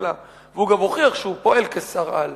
כלכלה והוא גם הוכיח שהוא פועל כשר-על.